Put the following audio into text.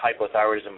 hypothyroidism